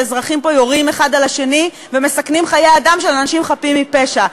שאזרחים פה יורים האחד על השני ומסכנים חיי אנשים חפים מפשע.